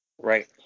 Right